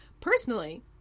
Personally